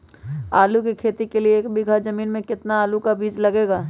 आलू की खेती के लिए एक बीघा जमीन में कितना आलू का बीज लगेगा?